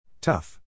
Tough